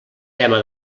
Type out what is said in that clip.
tema